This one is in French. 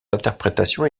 interprétations